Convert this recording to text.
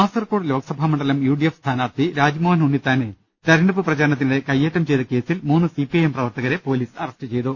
കാസർകോട് ലോക്സഭാ മണ്ഡലം U D F സ്ഥാനാർത്ഥി രാജ്മോഹൻ ഉണ്ണിത്താനെ തെരഞ്ഞെടുപ്പ് പ്രചരണത്തിനിടെ കൈയ്യേറ്റം ചെയ്ത കേസിൽ മൂന്നു സി പി ഐ എം പ്രവർത്തകരെ പൊലീസ് അറസ്റ്റ് ചെയ്തു